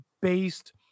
based